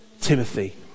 Timothy